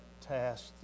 task